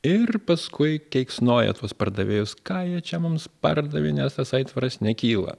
ir paskui keiksnoja tuos pardavėjus ką jie čia mums pardavė nes tas aitvaras nekyla